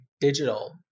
digital